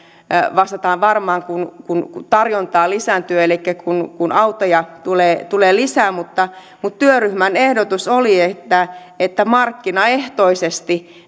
vastataan varmaan kun kun tarjonta lisääntyy elikkä kun kun autoja tulee tulee lisää mutta mutta työryhmän ehdotus oli että että markkinaehtoisesti